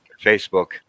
Facebook